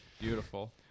Beautiful